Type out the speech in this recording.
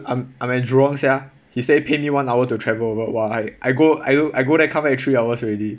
I'm I'm at jurong sia he said pay me one hour to travel over !wah! like I go I go there come back three hours already